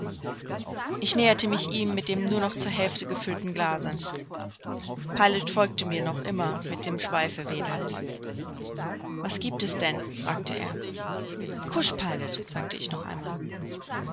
ich näherte mich ihm mit dem nur noch zur hälfte gefüllten glase pilot folgte mir noch immer mit dem schweife wedelnd was giebt es denn fragte er kusch pilot sagte ich noch einmal